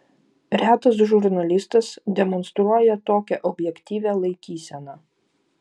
retas žurnalistas demonstruoja tokią objektyvią laikyseną